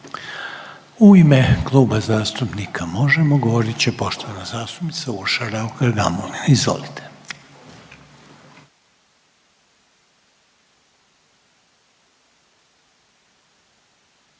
U ime Kluba zastupnika Možemo! govorit će poštovana zastupnica Urša Raukar Gamulin. Izvolite.